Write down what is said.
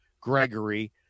Gregory